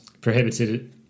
Prohibited